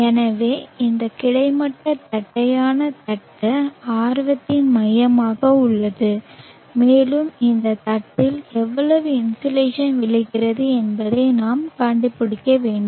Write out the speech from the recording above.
எனவே இந்த கிடைமட்ட தட்டையான தட்டு ஆர்வத்தின் மையமாக உள்ளது மேலும் இந்த தட்டில் எவ்வளவு இன்சோலேஷன் விழுகிறது என்பதை நாம் கண்டுபிடிக்க வேண்டும்